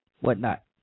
whatnot